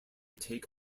take